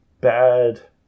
bad